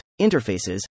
interfaces